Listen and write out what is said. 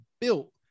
built